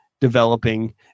developing